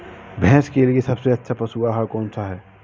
भैंस के लिए सबसे अच्छा पशु आहार कौन सा है?